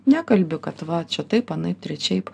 nekalbi kad va čia taip anaip trečiaip